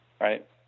right